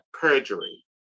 perjury